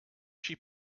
she